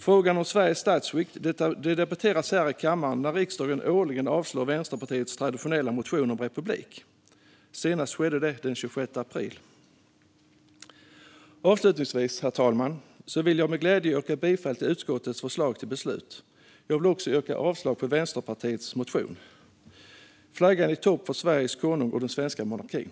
Frågan om Sveriges statsskick debatteras här i kammaren när riksdagen årligen avslår Vänsterpartiets traditionella motion om republik. Senast skedde det den 26 april. Herr talman! Jag vill avslutningsvis med glädje yrka bifall till utskottets förslag till beslut. Jag vill också yrka avslag på Vänsterpartiets motion. Flaggan i topp för Sveriges konung och den svenska monarkin!